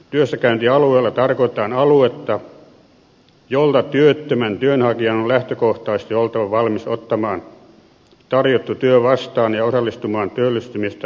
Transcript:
työssäkäyntialueella tarkoitetaan aluetta jolta työttömän työnhakijan on lähtökohtaisesti oltava valmis ottamaan tarjottu työ vastaan ja osallistumaan työllistymistä edistäviin palveluihin